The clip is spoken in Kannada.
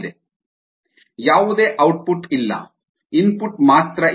ri rorg rcddt ಯಾವುದೇ ಔಟ್ಪುಟ್ ಇಲ್ಲ ಇನ್ಪುಟ್ ಮಾತ್ರ ಇದೆ